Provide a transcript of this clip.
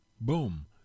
boom